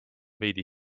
veidi